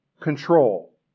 control